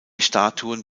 statuen